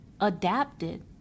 adapted